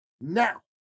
now